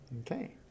Okay